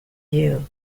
you